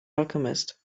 alchemist